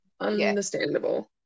understandable